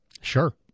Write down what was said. sure